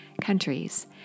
countries